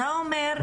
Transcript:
אתה אומר,